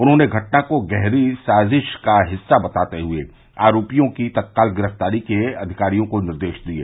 उन्होंने घटना को गहरी साजिश का हिस्सा बताते हए आरोपियों की तत्काल गिरफ्तारी के अधिकारियों को निर्देश दिये